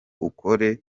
ukore